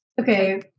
Okay